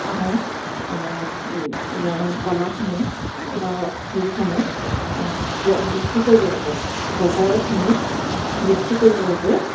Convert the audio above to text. আমাৰ কলাসমূহ বা হেৰিসমূহ বিক্ৰী কৰিবৰ বাবে বজাৰত নি বিক্ৰী কৰিবৰ বাবে